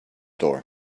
door